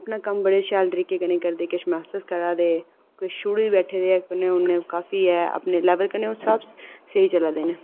अपने कम्म बड़े शैल तरीके कन्नै करदे किश मेक्सस करा दे ते कुछ छुड़ी बी बैठे दे किश अपने स्हाब कन्नै स्हेई चला दे न